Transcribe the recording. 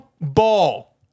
ball